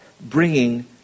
bringing